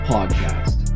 Podcast